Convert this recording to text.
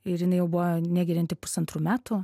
ir jinai jau buvo negerianti pusantrų metų